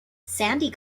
sandy